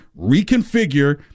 reconfigure